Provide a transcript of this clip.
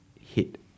hit